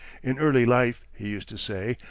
in early life, he used to say,